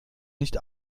nicht